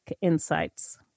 insights